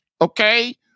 Okay